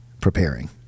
preparing